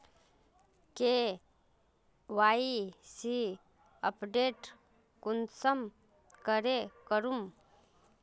KYC update कुंसम करे करूम?